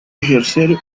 ejercer